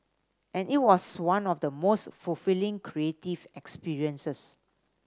and it was one of the most fulfilling creative experiences